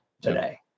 today